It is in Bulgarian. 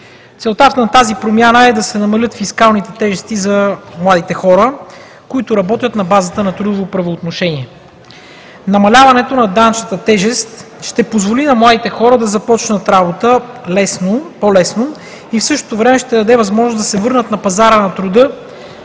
Целта на тази промяна е да се намалят фискалните тежести за младите хора, които работят на базата на трудово правоотношение. Намаляването на данъчната тежест ще позволи на младите хора да започнат работа по-лесно и в същото време ще даде възможност да се върнат на пазара на труда